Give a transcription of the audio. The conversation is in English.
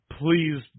please